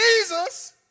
Jesus